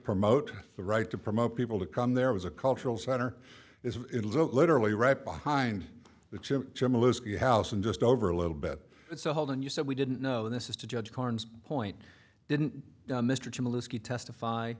promote the right to promote people to come there was a cultural center is literally right behind the house and just over a little bit it's a hold and you said we didn't know this is to judge carnes point didn't mr testify